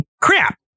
Crap